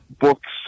books